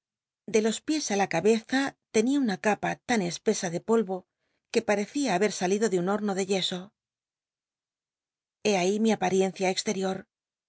de los piés á la e tbcza tenia una capa tan espesa de polvo que parecía haber ido de un homo de yeso hé ahí mi apariencia cxtctior